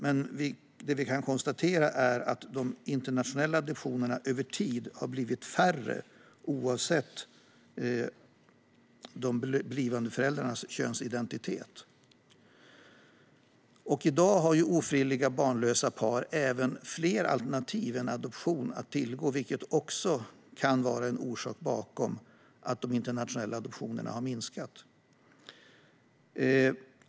Men det vi kan konstatera är att de internationella adoptionerna över tid har blivit färre oavsett de blivande föräldrarnas könsidentitet. I dag har ofrivilligt barnlösa par även fler alternativ än adoption att tillgå, vilket också kan vara en orsak till att antalet internationella adoptioner har minskat.